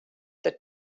the